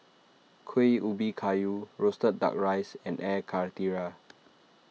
Kuih Ubi Kayu Roasted Duck Rice and Air Karthira